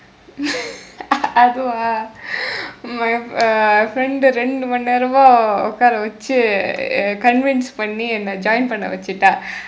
அதுவா:athuvaa my uh friend இரண்டு மணி நேரமா உட்கார வைச்சு:irandu mani neeramaa utkaara vaichsu convince பண்ணி என்ன:panni enna join பண்ண வைச்சுட்டா:panna vaichsutdaa